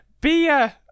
beer